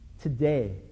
Today